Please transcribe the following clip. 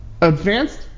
advanced